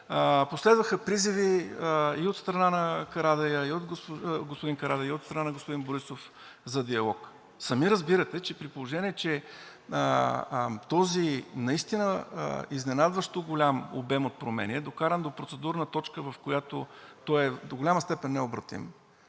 последваха призиви и от страна на господин Карадайъ, и от страна на господин Борисов, за диалог. Сами разбирате, че при положение че този наистина изненадващо голям обем от промени е докаран до процедурна точка, в която той е до голяма степен необратим